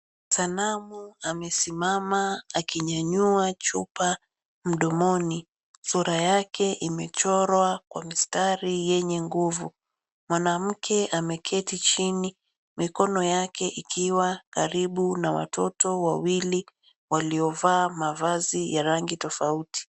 Sanamu amesimama akinyanyua chupa mdomoni. Sura yake imechorwa kwa mistari yenye nguvu. Mwanamke ameketi chini mikono yake ikiwa karibu na watoto wawili waliovaa mavazi ya rangi tofauti.